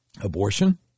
abortion